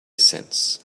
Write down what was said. since